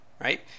right